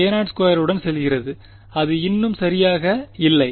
k0 2உடன் செல்கிறது அது இன்னும் சரியாக இல்லை